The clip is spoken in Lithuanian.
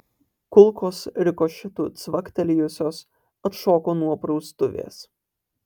kulkos rikošetu cvaktelėjusios atšoko nuo praustuvės